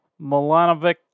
Milanovic